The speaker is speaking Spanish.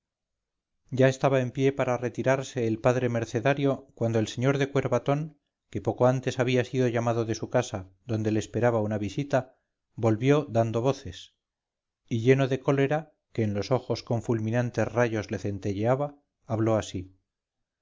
ya estaba en pie para retirarse el padre mercenario cuando el sr de cuervatón que poco antes había sido llamado de su casa donde le esperaba una visita volvió dando voces y lleno de cólera que en los ojos con fulminantes rayos le centelleaba habló así